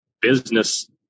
business